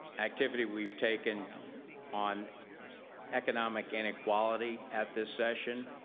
activity we've taken on economic inequality at this session,